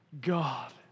God